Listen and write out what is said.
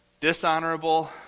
dishonorable